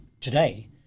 today